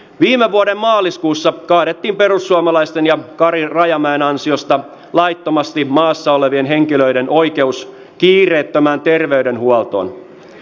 viime vuoden maaliskuussa kaadettiin perussuomalaisten ja kari rajamäen ansiosta laittomasti maassa olevien henkilöiden oikeus kiireettömään terveydenhuoltoon